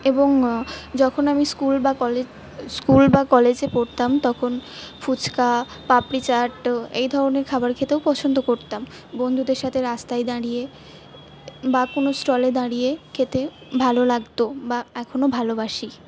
এবং যখন আমি স্কুল বা কলেজ স্কুল বা কলেজে পড়তাম তখন ফুচকা পাপড়ি চাট এই ধরনের খাবার খেতেও পছন্দ করতাম বন্ধুদের সাথে রাস্তায় দাঁড়িয়ে বা কোন স্টলে দাঁড়িয়ে খেতে ভালো লাগতো বা এখনও ভালোবাসি